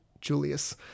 julius